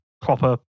proper